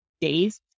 days